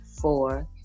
four